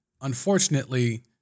unfortunately